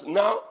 now